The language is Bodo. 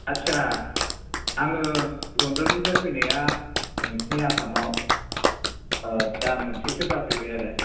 आत्सा आङो लण्डननिफ्राय फैनाया नोंसिनि आसामाव दानमोनसेसो जाफैबाय आरो